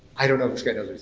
i don't know if this guy knows